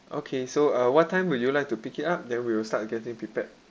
okay so uh what time would you like to pick it up then we will start getting prepared